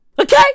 Okay